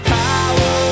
power